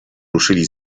ruszyli